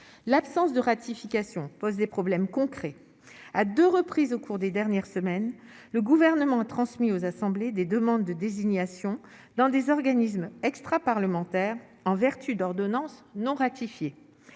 l'absence de ratification pose des problèmes concrets à 2 reprises au cours des dernières semaines, le gouvernement a transmis aux assemblées des demandes de désignation dans des organismes extraparlementaires en vertu d'ordonnance non ratifiée,